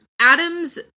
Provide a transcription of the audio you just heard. Adam's